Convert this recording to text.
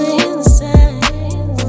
inside